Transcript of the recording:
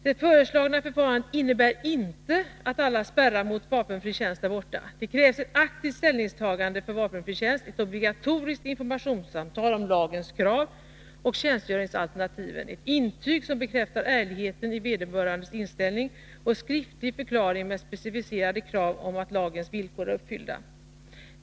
Det föreslagna förfarandet innebär inte att alla spärrar mot vapenfri tjänst är borta. Det krävs ett aktivt ställningstagande för vapenfri tjänst, ett obligatoriskt informationssamtal om lagens krav och tjänstgöringsalternativen, ett intyg som bekräftar ärligheten i vederbörandes inställning och skriftlig förklaring med specificerade krav om att lagens villkor är uppfyllda.